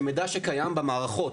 זה מידע שקיים במערכות,